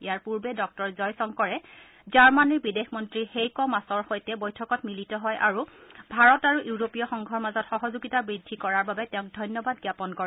ইয়াৰ পৰ্বে ডঃ জয়শংকৰে জাৰ্মনীৰ বিদেশ মন্তী হেইক মাছৰ সৈতে বৈঠকত মিলিত হয় আৰু ভাৰত আৰু ইউৰোপীয় সংঘৰ মাজত সহযোগিতা বৃদ্ধি কৰাৰ বাবে তেওঁক ধন্যবাদ জ্ঞাপন কৰে